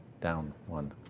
down one,